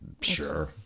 Sure